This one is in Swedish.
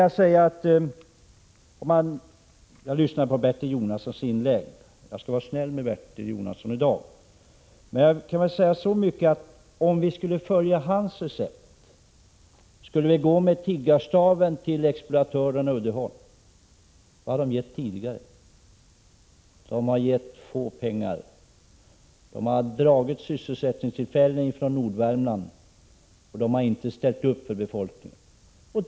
Jag skall vara snäll mot Bertil Jonasson i dag, men jag kan väl säga så mycket att om vi skulle följa hans recept, skulle vi gå med tiggarstaven till exploatören Uddeholm. Vad har det bolaget gett tidigare? Jo, det har varit småpengar. Företaget har dragit sysselsättningstillfällen från Nordvärmland och har inte ställt upp för befolkningen.